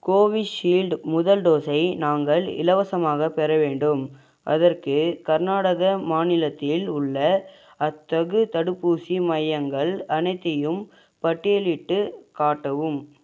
Covishield முதல் டோஸை நாங்கள் இலவசமாகப் பெற வேண்டும் அதற்கு கர்நாடக மாநிலத்தில் உள்ள அத்தகு தடுப்பூசி மையங்கள் அனைத்தையும் பட்டியலிட்டுக் காட்டவும்